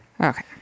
Okay